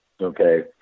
Okay